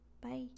Bye